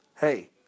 Hey